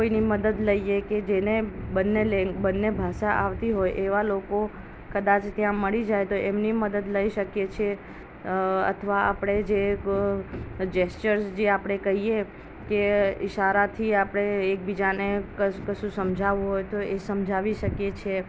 કોઇની મદદ લઈએ કે જેને બંને લેન્ગ બંને ભાષા આવડતી હોય એવા લોકો કદાચ ત્યાં મળી જાય તો એમની મદદ લઈ શકીએ છીએ અથવા આપણે જે જેસચર્સ જે આપણે કહીએ કે ઇશારાથી આપણે એકબીજાને કશ કશું સમજાવવું હોય તો એ સમજાવી શકીએ છીએ